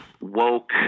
woke